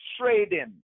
trading